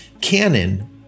Canon